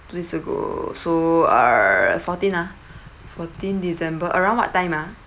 two days ago so err fourteen ah fourteen december around what time ah